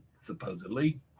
supposedly